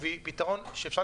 והוא פתרון שאפשר